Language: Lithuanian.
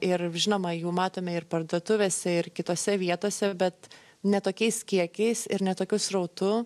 ir žinoma jų matome ir parduotuvėse ir kitose vietose bet ne tokiais kiekiais ir ne tokiu srautu